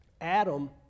Adam